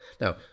now